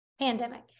pandemic